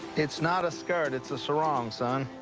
it's not a skirt, it's a sarong, son.